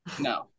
no